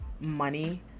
money